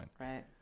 Right